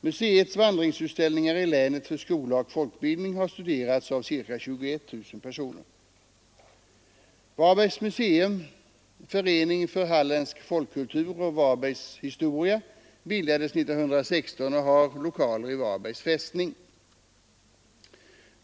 Museets vandringsutställningar i länet för skola och folkbildning har studerats av ca 21 000 personer. Varbergs museum, förening för Hallands folkkultur och Varbergs historia, bildades 1916 och har lokaler i Varbergs fästning.